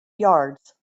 yards